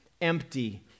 empty